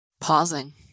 Pausing